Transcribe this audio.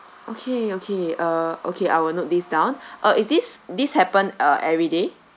okay okay uh okay I will note this down uh is this this happen uh every day